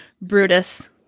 Brutus